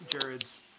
Jared's